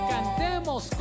¡Cantemos